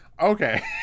Okay